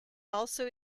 also